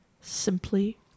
simply